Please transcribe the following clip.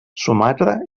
sumatra